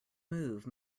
move